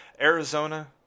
Arizona